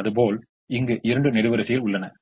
அதுபோல் இங்கு இரண்டு நெடுவரிசைகள் உள்ளன